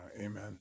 Amen